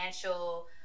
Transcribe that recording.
financial